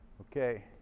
okay